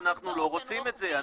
אבל, יפעת, אנחנו לא רוצים את זה.